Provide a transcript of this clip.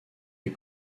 les